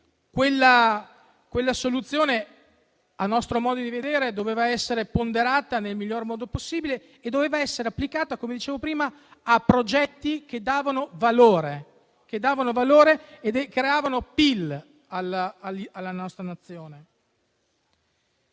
quella soluzione, a nostro modo di vedere, doveva essere ponderata nel miglior modo possibile e doveva essere applicata a progetti che dessero valore e creassero PIL per la nostra Nazione.